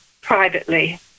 privately